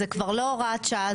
זו כבר לא הוראת שעה,